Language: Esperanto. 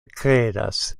kredas